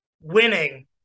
winning